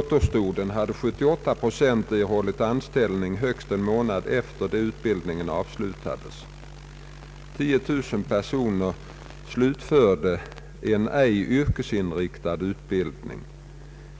återstoden har 78 procent erhållit anställning högst en månad efter det utbildningen avslutats. 10 000 personer slutförde en ej yrkesinriktad utbildning.